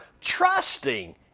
trusting